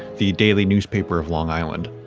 the daily newspaper of long island.